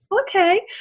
okay